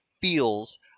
feels